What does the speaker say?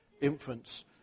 infants